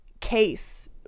case